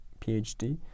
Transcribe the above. PhD